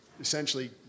essentially